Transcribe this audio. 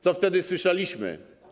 Co wtedy słyszeliśmy?